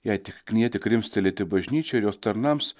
jei tik knieti krimstelėti bažnyčią ir jos tarnams